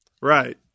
Right